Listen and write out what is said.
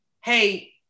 hey